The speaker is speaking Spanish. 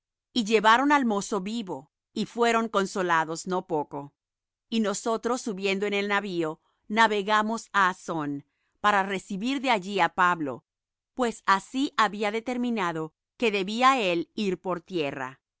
y llevaron al mozo vivo y fueron consolados no poco y nosotros subiendo en el navío navegamos á assón para recibir de allí á pablo pues así había determinado que debía él ir por tierra